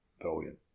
brilliant